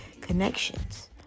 connections